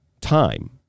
time